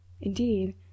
Indeed